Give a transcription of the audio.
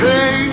Hey